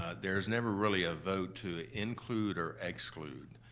ah there's never really a vote to include or exclude.